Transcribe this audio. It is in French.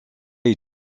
est